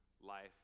life